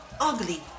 ugly